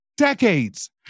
Decades